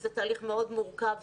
זה תהליך מאוד מורכב וקשה.